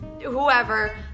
whoever